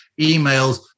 emails